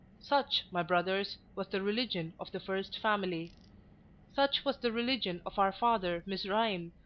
such, my brothers, was the religion of the first family such was the religion of our father mizraim,